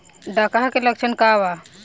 डकहा के लक्षण का वा?